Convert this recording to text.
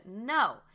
No